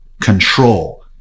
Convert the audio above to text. control